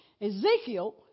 Ezekiel